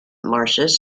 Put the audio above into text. marshes